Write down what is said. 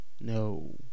No